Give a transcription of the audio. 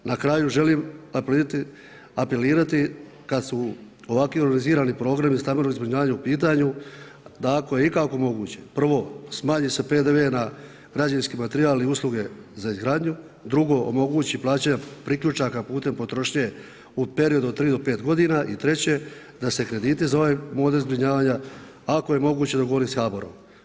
Na kraju želim apelirati kada su ovakvi organizirani programi stambenog zbrinjavanja u pitanju da ako je ikako moguće, prvo smanji se PDV na građevinski materijal i usluge za izgradnju, drugo omogući plaćanje priključaka putem potrošnje u periodu od tri do pet godina i treće da se krediti za ovaj model zbrinjavanja ako je moguće dogovori s HBOR-om.